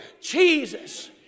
Jesus